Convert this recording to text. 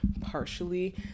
partially